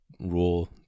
Rule